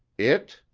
it?